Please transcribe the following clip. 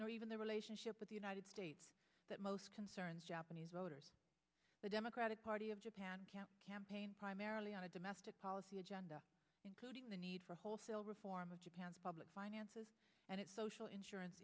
even the relationship with the united states that most concerns japanese voters the democratic party of japan can campaign primarily on a domestic policy agenda including need for wholesale reform of japan's public finances and its social insurance